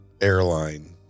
airline